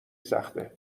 سخته